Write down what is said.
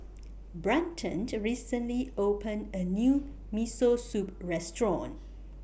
Brenton recently opened A New Miso Soup Restaurant